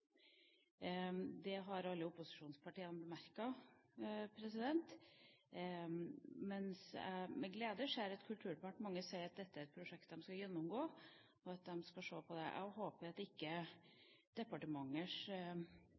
Det har alle opposisjonspartiene bemerket, og jeg ser med glede at Kulturdepartementet sier at dette er et prosjekt de skal gjennomgå, og at de skal se på det. Jeg håper departementets budsjetter ikke